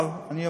אבל אני אומר: